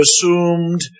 assumed